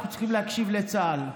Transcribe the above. אנחנו צריכים להקשיב לצה"ל.